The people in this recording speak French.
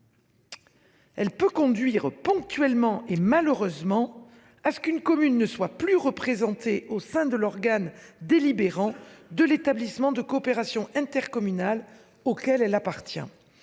Elle peut conduire ponctuellement et malheureusement à ce qu'une commune ne soit plus représentée au sein de l'organe délibérant de l'établissement de coopération intercommunale auquel elle appartient.